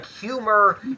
humor